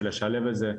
של לשלב את זה,